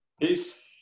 Peace